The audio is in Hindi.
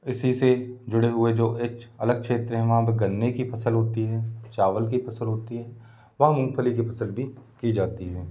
इसी से जुड़े हुए जो एच अलग क्षेत्र हैं वहाँ पर गन्ने की फ़सल होती है चावल की फ़सल होती है वहाँ मूँगफली की फ़सल भी की जाती है